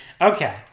Okay